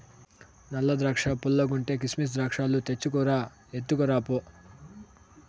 నల్ల ద్రాక్షా పుల్లగుంటే, కిసిమెస్ ద్రాక్షాలు తెచ్చుకు రా, ఎత్తుకురా పో